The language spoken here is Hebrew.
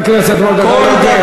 חבר הכנסת מרדכי יוגב,